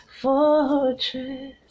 fortress